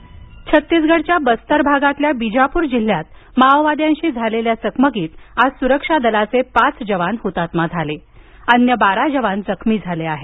माओवादी छत्तीसगढच्या बस्तर भागातील बिजापूर जिल्ह्यात माओवाद्यांशी झालेल्या चकमकीत आज सुरक्षा दलाचे पाच जवान शहीद झाले तर बाराजण जखमी झाले आहेत